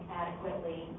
adequately